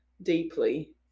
deeply